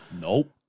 nope